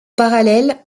parallèle